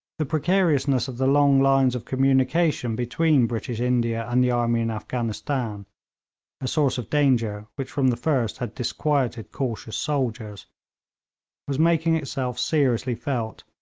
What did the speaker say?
the precariousness of the long lines of communications between british india and the army in afghanistan a source of danger which from the first had disquieted cautious soldiers was making itself seriously felt,